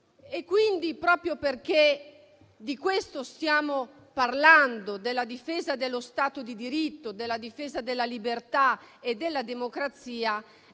Quindi, proprio perché di questo stiamo parlando, della difesa dello Stato di diritto, della difesa della libertà e della democrazia,